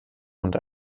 hund